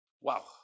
Wow